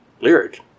Lyric